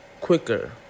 quicker